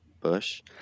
Bush